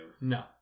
No